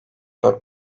dört